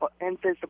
invisible